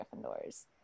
Gryffindors